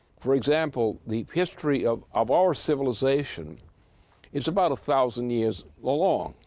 for example, the history of of our civilization is about a thousand years along,